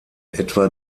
etwa